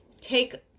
take